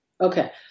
Okay